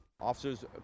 Officers